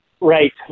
Right